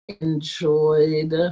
enjoyed